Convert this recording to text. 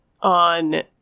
on